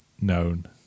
known